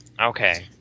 Okay